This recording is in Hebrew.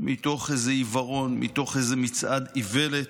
מתוך איזה עיוורון, מתוך איזה מצעד איוולת,